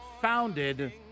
founded